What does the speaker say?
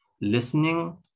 listening